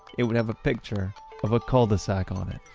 it would have a picture of a cul-de-sac on it